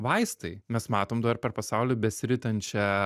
vaistai mes matom dabar per pasaulį besiritančią